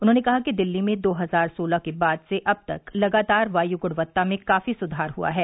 उन्होंने कहा कि दिल्ली में दो हजार सोलह के बाद से अब तक लगातार वायु गुणक्ता में काफी सुघार हुआ है